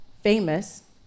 famous